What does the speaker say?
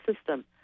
system